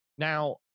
Now